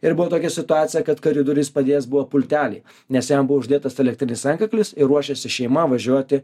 ir buvo tokia situacija kad koridoriuj jis padėjęs buvo pultelį nes jam buvo uždėtas elektrinis antkaklis ir ruošėsi šeima važiuoti